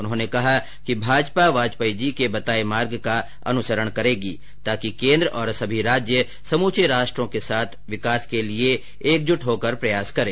उन्होंने कहा कि भाजपा वाजपेयी जी के बताये मार्ग का अनुसरण करेगी ताकि केंद्र और सभी राज्य समूचे राष्ट्रो के विकास के लिए एकजुट होकर कार्य कर सकें